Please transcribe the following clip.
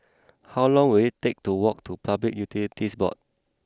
how long will it take to walk to Public Utilities Board